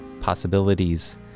possibilities